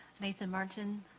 nathan martin,